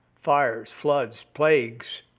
fires, floods, plagues,